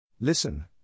Listen